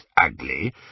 ugly